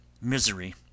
misery